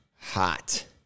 hot